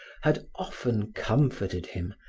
had often comforted him,